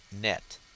net